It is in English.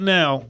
now